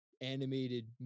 animated